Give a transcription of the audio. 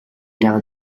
down